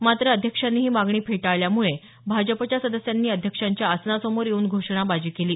मात्र अध्यक्षांनी ही मागणी फेटाळल्यामुळे भाजपच्या सदस्यांनी अध्यक्षांच्या आसनासमोर येऊन घोषणाबाजी केली